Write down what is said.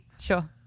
Sure